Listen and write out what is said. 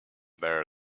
there